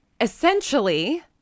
essentially